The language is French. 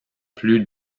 plus